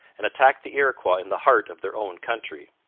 and attacked the iroquois in the heart of their own country.